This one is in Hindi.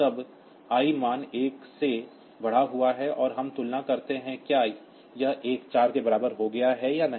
तब I मान 1 से बढ़ा हुआ है और हम तुलना करते हैं कि क्या यह A 4 के बराबर हो गया है या नहीं